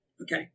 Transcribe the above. Okay